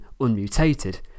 unmutated